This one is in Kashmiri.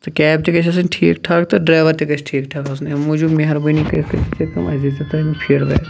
تہٕ کیب تہِ گَژھِ آسٕنۍ ٹھیک ٹھاکھ تہٕ ڈرَیوَر تہِ گَژھِ ٹھیک ٹھاکھ آسُن امہ موٗجُب مہربٲنی کٔرِتھ کٔر زیٚو تُہۍ کٲم اسہِ دی زیٚو تُہۍ امیُک فیڑبیک